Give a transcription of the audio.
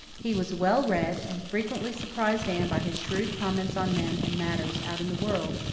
he was well read, and frequently surprised anne by his shrewd comments on men and matters out in the world,